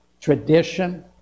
tradition